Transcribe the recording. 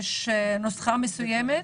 יש נוסחה מסוימת?